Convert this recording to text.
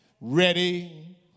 ready